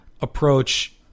approach